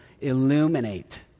illuminate